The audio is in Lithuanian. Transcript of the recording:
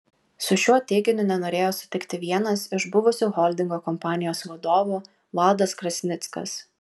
su šiuo teiginiu nenorėjo sutikti vienas iš buvusių holdingo kompanijos vadovų valdas krasnickas